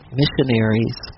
missionaries